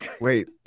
Wait